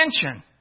attention